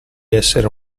essere